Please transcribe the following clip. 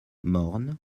morne